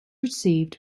received